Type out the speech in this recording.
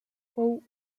fou